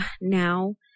now